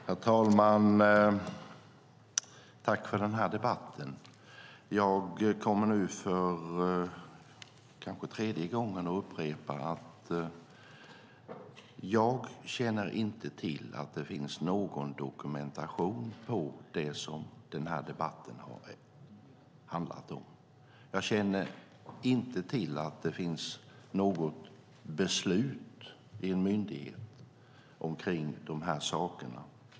Herr talman! Tack för den här debatten! Jag kommer nu för kanske tredje gången att upprepa att jag inte känner till att det finns någon dokumentation om det som den här debatten har handlat om. Jag känner inte till att det finns något beslut i en myndighet om de här sakerna.